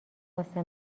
واسه